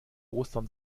ostern